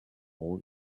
all